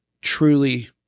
truly